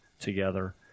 together